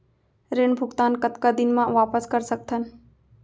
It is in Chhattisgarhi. ऋण भुगतान कतका दिन म वापस कर सकथन?